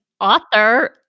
author